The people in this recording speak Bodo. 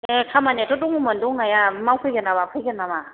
ए खामानिआथ' दङमोन दंनाया मावफैगोन नामा फैगोन नामा